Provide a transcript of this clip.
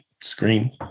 screen